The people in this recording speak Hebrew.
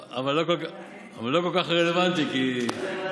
אבל זה לא כל כך רלוונטי, כי,